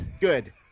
Good